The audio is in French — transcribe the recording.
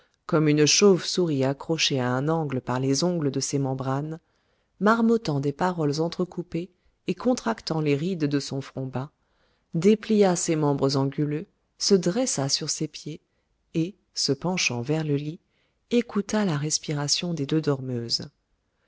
comme une chauve-souris accrochée à un angle par les ongles de ses membranes marmottant des paroles entrecoupées et contractant les rides de son front bas déplia ses membres anguleux se dressa sur ses pieds et se penchant vers le lit écouta la respiration des deux dormeuses